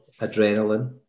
adrenaline